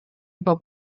über